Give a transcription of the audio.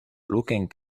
looking